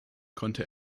konnte